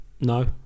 no